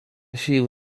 sił